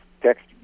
text